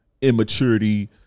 immaturity